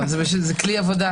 זה כלי עבודה.